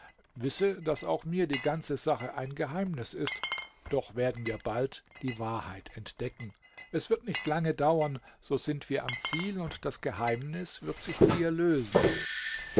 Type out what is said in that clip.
wisse daß auch mir die ganze sache ein geheimnis ist doch werden wir bald die wahrheit entdecken es wird nicht lange dauern so sind wir am ziel und das geheimnis wird sich dir lösen